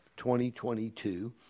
2022